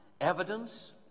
evidence